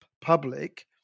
public